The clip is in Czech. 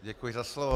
Děkuji za slovo.